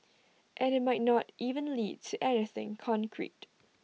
and IT might not even lead to anything concrete